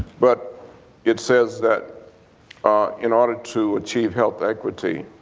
but it says that in order to achieve health equity,